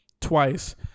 twice